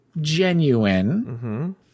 genuine